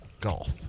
Golf